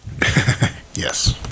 Yes